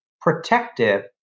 protective